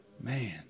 man